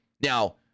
Now